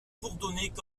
bourdonnaient